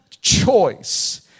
choice